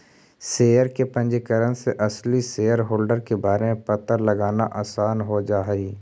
share के पंजीकरण से असली शेयरहोल्डर के बारे में पता लगाना आसान हो जा हई